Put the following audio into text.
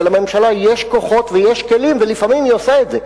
ולממשלה יש כוחות ויש כלים ולפעמים היא עושה את זה,